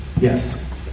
Yes